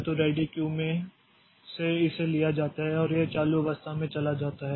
तो ready queue से इसे लिया जाता है और यह चालू अवस्था में चला जाता है